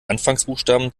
anfangsbuchstaben